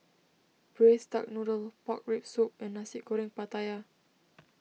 Braised Duck Noodle Pork Rib Soup and Nasi Goreng Pattaya